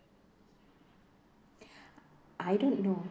I don't know